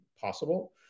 possible